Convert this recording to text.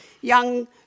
young